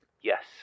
Yes